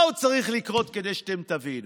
מה עוד צריך לקרות כדי שאתם תבינו?